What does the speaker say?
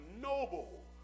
noble